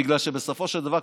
בגלל שבסופו של דבר,